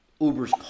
Uber's